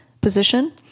position